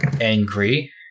angry